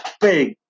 big